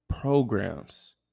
programs